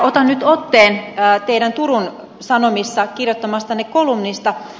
otan nyt otteen teidän turun sanomissa kirjoittamastanne kolumnista